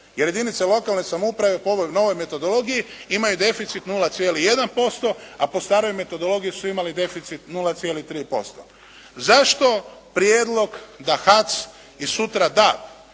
Jer jedince lokalne samouprave po ovoj novoj metodologiji imaju deficit 0,1% a po staroj metodologiji su imali deficit 0,3%. Zašto prijedlog da HAC i sutra da